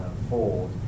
unfold